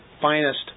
finest